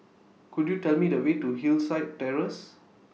Could YOU Tell Me The Way to Hillside Terrace